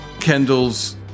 Kendall's